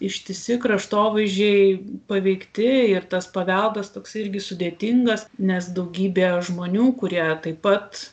ištisi kraštovaizdžiai paveikti ir tas paveldas toks irgi sudėtingas nes daugybė žmonių kurie taip pat